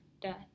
death